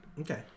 Okay